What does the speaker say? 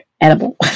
edible